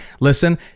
listen